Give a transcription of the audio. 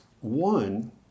One